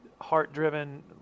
heart-driven